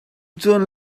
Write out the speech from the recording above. cun